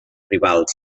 rivals